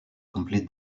complete